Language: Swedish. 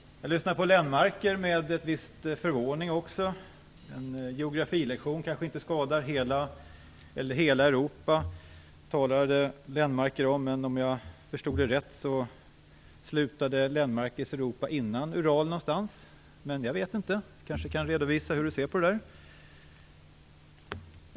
Jag lyssnade på Göran Lennmarker med viss förvåning. En geografilektion kanske inte skadar. Hela Europa, talade Göran Lennmarker om. Men om jag förstod det rätt slutade Lennmarkers Europa någonstans innan Ural. Han kanske kan redovisa hur han ser på detta.